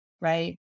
right